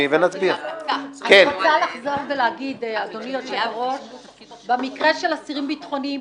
אני רוצה לחזור ולהגיד שבמקרה של אסירים ביטחוניים,